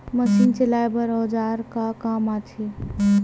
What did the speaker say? Machine चलाए बर औजार का काम आथे?